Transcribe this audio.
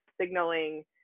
signaling